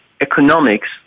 economics